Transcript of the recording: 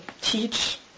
teach